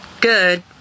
good